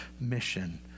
mission